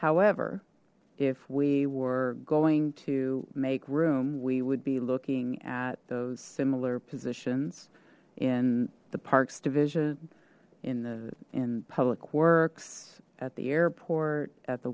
however if we were going to make room we would be looking at those similar positions in the parks division in the in public works at the airport at the